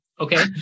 Okay